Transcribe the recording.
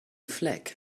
fleck